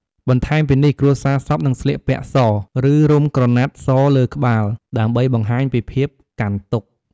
បន្ថែមពីនេះ គ្រួសារសពនឹងស្លៀកសពាក់ស ឬ រុំក្រណាត់សលើក្បាល ដើម្បីបង្ហាញពីភាពកាន់ទុក្ខ។